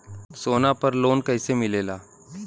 सोना पर loan कइसे मिलेला?